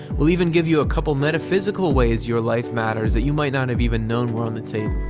we'll even give you a couple metaphysical ways your life matters that you might not have even known were on the table.